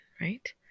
right